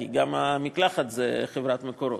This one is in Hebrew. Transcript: כי גם מי המקלחת זה חברת "מקורות".